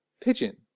pigeon